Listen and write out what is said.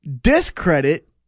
discredit